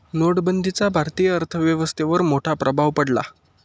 नोटबंदीचा भारतीय अर्थव्यवस्थेवर मोठा प्रभाव पडला